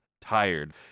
tired